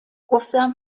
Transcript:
گفتم